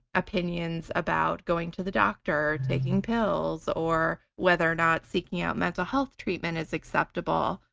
opinions about going to the doctor or taking pills or whether or not seeking out mental health treatment is acceptable.